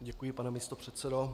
Děkuji, pane místopředsedo.